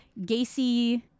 Gacy